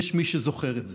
יש מי שזוכר את זה.